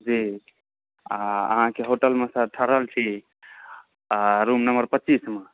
जी अहाँकेँ होटलमे सर ठहरल छी आ रूम नम्बर पच्चीसमे